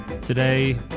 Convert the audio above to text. Today